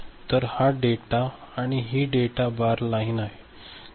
तर हा डेटा आणि ही डेटा बार लाइन आहे